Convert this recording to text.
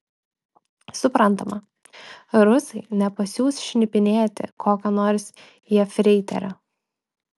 suprantama rusai nepasiųs šnipinėti kokio nors jefreiterio